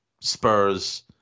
Spurs